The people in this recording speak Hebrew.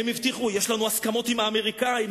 הבטיחו: יש לנו הסכמות עם האמריקנים,